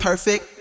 Perfect